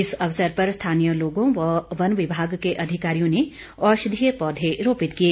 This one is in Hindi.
इस अवसर पर स्थानीय लोगों व वन विभाग के अधिकारियों ने औषधीय पौधे रोपित किए